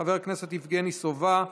חבר הכנסת יבגני סובה,